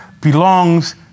belongs